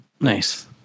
nice